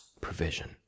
provision